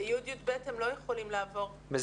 ב-י' עד י"ב הם לא יכולים לעבור.